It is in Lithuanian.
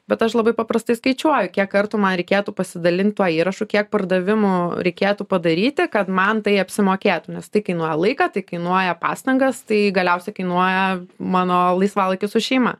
bet aš labai paprastai skaičiuoju kiek kartų man reikėtų pasidalint tuo įrašų kiek pardavimų reikėtų padaryti kad man tai apsimokėtų nes tai kainuoja laiką tai kainuoja pastangas tai galiausiai kainuoja mano laisvalaikį su šeima